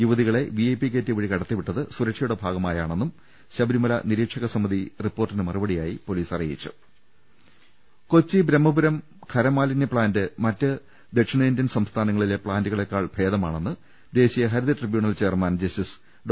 യുവതികളെ VIP gate വഴി കടത്തിവിട്ടത് സുരക്ഷയുടെ ഭാഗമായാണെന്നും ശബരി മല നിരീക്ഷക സമിതി റിപ്പോർട്ടിന് മറുപടിയായി പൊലീസ് അറിയി നും കൊച്ചി ബ്രഹ്മപുരം ഖരമാലിന്യ പ്ലാന്റ് മറ്റ് ദക്ഷിണേന്ത്യൻ സംസ്ഥാനങ്ങളിലെ പ്ലാന്റുകളേക്കാൾ ഭേദമാണെന്ന് ദേശീയ ഹരിത ട്രിബ്യൂണൽ ചെയർമാൻ ജസ്റ്റിസ് ഡോ